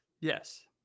Yes